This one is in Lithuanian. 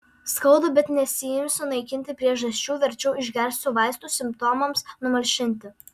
skauda bet nesiimsiu naikinti priežasčių verčiau išgersiu vaistų simptomams numalšinti